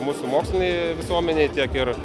musų mokslinei visuomenei tiek ir